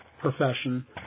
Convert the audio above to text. profession